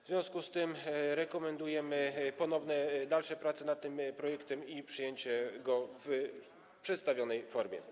W związku z tym rekomendujemy ponowne dalsze prace nad tym projektem i przyjęcie go w przedstawionej formie.